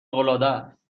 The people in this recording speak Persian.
العادست